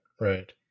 right